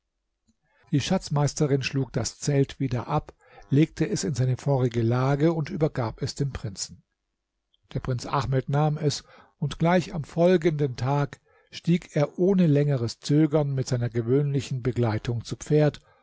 die schatzmeisterin schlug das zelt wieder ab legte es in seine vorige lage und übergab es dem prinzen der prinz ahmed nahm es und gleich am folgenden tage stieg er ohne längeres zögern mit seiner gewöhnlichen begleitung zu pferd